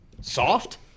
Soft